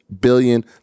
billion